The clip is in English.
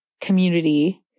community